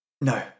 No